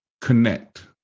connect